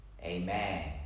Amen